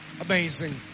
Amazing